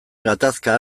gatazka